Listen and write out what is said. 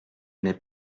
n’ai